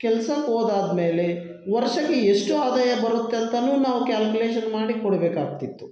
ಕೆಲ್ಸಕ್ಕೆ ಹೋದಾದ್ಮೇಲೆ ವರ್ಷಕ್ಕೆ ಎಷ್ಟು ಆದಾಯ ಬರುತ್ತೆ ಅಂತಲೂ ನಾವು ಕ್ಯಾಲ್ಕ್ಯುಲೇಷನ್ ಮಾಡಿ ಕೊಡಬೇಕಾಗ್ತಿತ್ತು